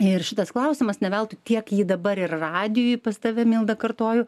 ir šitas klausimas ne veltui tiek jį dabar ir radijuj pas tave milda kartoju